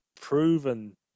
proven